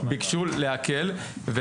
ביקשנו להקל.